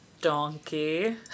donkey